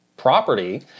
Property